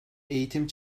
eğitim